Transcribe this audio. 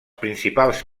principals